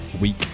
week